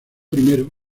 primero